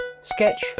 Sketch